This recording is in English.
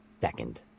second